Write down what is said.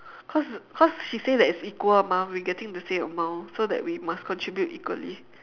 cause cause she say that it's equal amount we getting the same amount so that we must contribute equally